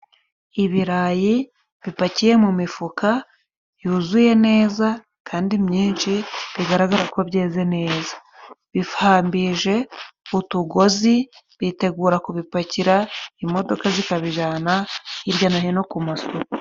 Ibirayi bipakiye mu mifuka yuzuye neza kandi myinshi bigaragara ko byeze neza, bihambije utugozi bitegura kubipakira imodoka zikabijana hirya no hino ku masoko.